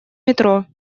метро